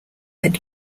had